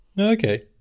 okay